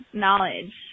knowledge